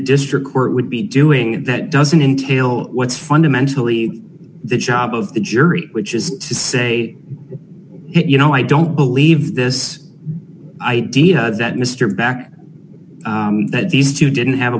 district court would be doing that doesn't entail what's fundamentally the job of the jury which is to say you know i don't believe this idea that mr back that these two didn't have a